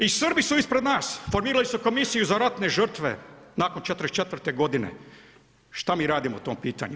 I Srbi su ispred nas i formirali su komisiju za ratne žrtve, nakon '44. g. Što mi radimo po tom pitanju.